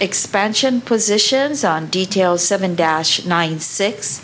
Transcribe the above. expansion positions on details seven dash nine six